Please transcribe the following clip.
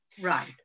Right